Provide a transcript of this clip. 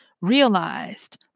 realized